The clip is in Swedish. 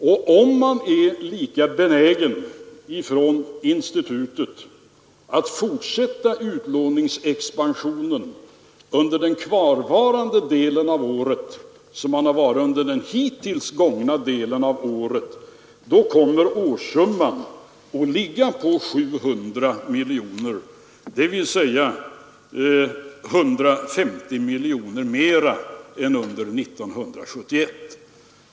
Om institutet är lika benäget att fortsätta utlåningsexpansionen under den kvarvarande delen av året som det har varit under den hittills gångna delen, kommer årssumman att ligga på 700 miljoner kronor, dvs. 150 miljoner kronor mer än under år 1971.